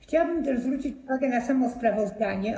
Chciałabym też zwrócić uwagę na samo sprawozdanie.